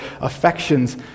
affections